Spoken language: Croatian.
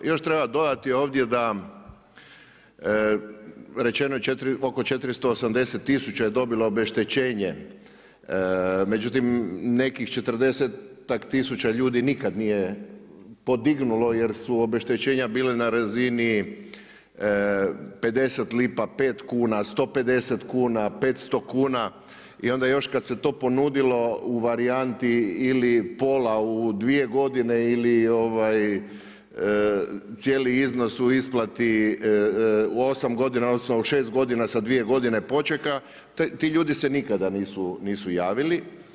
Još treba dodati ovdje da rečeno je oko 480000 je dobilo obeštećenje, međutim, nekih 40000 ljudi nikada nije podignuli jer su obeštećenja bila na razini 50 lipa, 5 kuna, 150 kuna, 500 kuna i onda još kad se to ponudilo u varijanti ili pola u 2 godine ili cijeli iznos u isplati 8 godina, odnosno 6 godina sa 2 godine počeka, ti ljudi se nikad nisu javili.